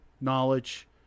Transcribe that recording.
Knowledge